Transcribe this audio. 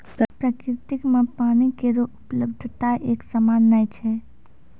प्रकृति म पानी केरो उपलब्धता एकसमान नै छै